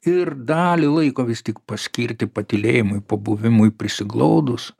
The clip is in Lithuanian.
ir dalį laiko vis tik paskirti patylėjimui pabuvimui prisiglaudus